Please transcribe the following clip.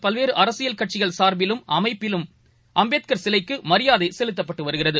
பல்வேறுஅரசியல் கட்சிகள் சார்பிலும் அமைப்புகள் சார்பிலும் அம்பேத்கரின் சிலைக்குமரியாதைசெலுத்தப்பட்டுவருகிறது